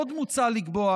עוד מוצע לקבוע